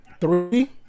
three